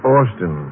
Austin